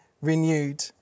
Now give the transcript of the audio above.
renewed